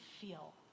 feel